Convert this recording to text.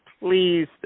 please